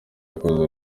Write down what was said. yakoze